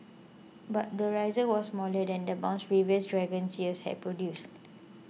but the rise was smaller than the bounce previous dragon years had produced